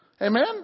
Amen